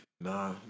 Nah